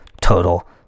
total